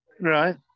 Right